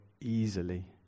easily